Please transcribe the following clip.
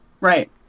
Right